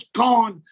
gone